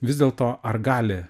vis dėlto ar gali